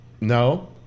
no